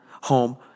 home